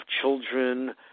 children